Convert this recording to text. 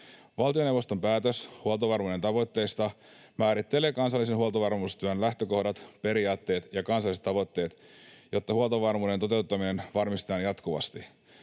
Valtioneuvoston päätös huoltovarmuuden tavoitteista määrittelee kansallisen huoltovarmuustyön lähtökohdat, periaatteet ja kansalliset tavoitteet, jotta huoltovarmuuden toteuttaminen varmistetaan jatkuvasti.